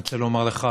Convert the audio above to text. אני רוצה לומר לך,